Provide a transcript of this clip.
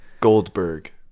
Goldberg